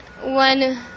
one